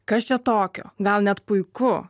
kas čia tokio gal net puiku